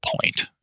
point